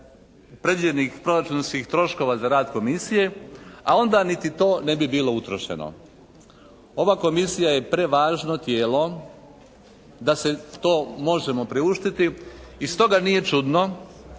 predviđenih proračunskih troškova za rad Komisije, a onda niti to ne bi bilo utrošeno. Ova Komisija je prevažno tijelo da si to možemo priuštiti i stoga nije čudno